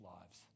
lives